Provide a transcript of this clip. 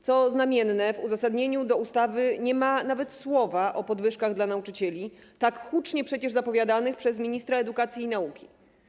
Co znamienne, w uzasadnieniu ustawy nie ma nawet słowa o podwyżkach dla nauczycieli, tak hucznie przecież zapowiadanych przez ministra edukacji i nauki.